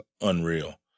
unreal